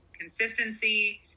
consistency